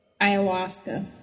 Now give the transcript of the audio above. Ayahuasca